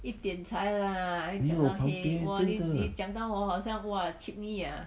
没有旁边真的